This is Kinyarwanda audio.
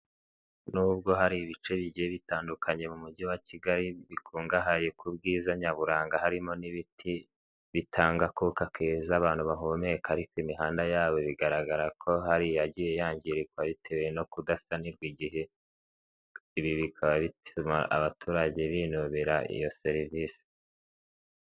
Nubwo hari ibice bigiye bitandukanye mu mujyi wa Kigali bikungahaye ku bwiza nyaburanga harimo n'ibiti bitanga akuka keza abantu bahumeka ariko imihanda yabo bigaragara ko hariyagiye yangiririka bitewe no kudasanirwa igihe, ibi bikaba bituma abaturage binubira iyo serivise.